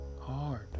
hard